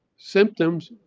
symptoms,